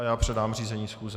Já předám řízení schůze.